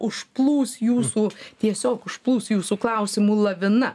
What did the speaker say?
užplūs jūsų tiesiog užplūs jūsų klausimų lavina